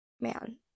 man